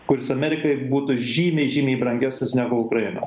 kuris amerikai būtų žymiai žymiai brangesnis negu ukraina